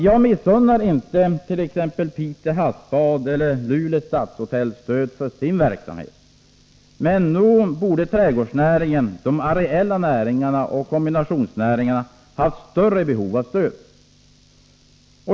Jag missunnar inte t.ex. Pite havsbad eller Luleå stadshotell stöd för sin verksamhet, men nog torde trädgårdsnäringen, de areella näringarna och kombinationsnäringarna ha större behov av stöd.